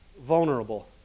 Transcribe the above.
vulnerable